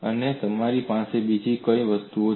અને તમારી પાસે બીજી કઈ વસ્તુઓ છે